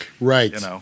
Right